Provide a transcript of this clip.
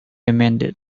amended